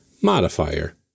Modifier